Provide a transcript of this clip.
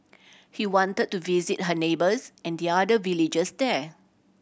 he wanted to visit her neighbours and the other villagers there